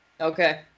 Okay